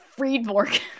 Friedborg